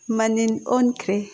ꯃꯅꯤꯜ ꯑꯣꯟꯈ꯭ꯔꯦ